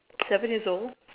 seven years old